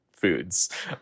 foods